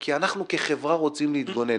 כי אנחנו כחברה רוצים להתגונן.